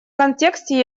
контексте